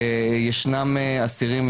ישנם אסירים,